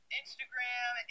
instagram